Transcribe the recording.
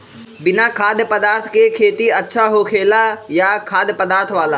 बिना खाद्य पदार्थ के खेती अच्छा होखेला या खाद्य पदार्थ वाला?